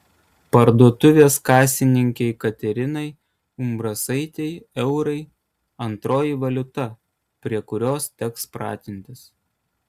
parduotuvės kasininkei katerinai umbrasaitei eurai antroji valiuta prie kurios teks pratintis